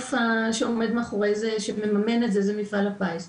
שהגוף שמממן את זה הוא מפעל הפיס.